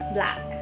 Black